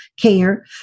care